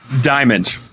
Diamond